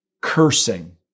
cursing